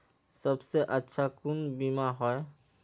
सबसे अच्छा कुन बिमा होय?